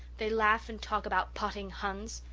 they laugh and talk about potting huns!